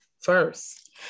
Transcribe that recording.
First